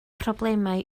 problemau